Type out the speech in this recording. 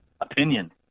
opinion